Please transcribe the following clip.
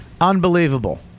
Unbelievable